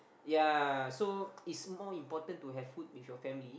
yea so it's more important to have food with your family